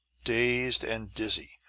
dazed and dizzy,